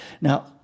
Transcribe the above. Now